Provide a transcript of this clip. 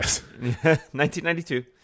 1992